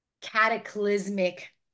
cataclysmic